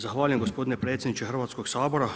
Zahvaljujem gospodine predsjedniče Hrvatskog sabora.